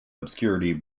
obscurity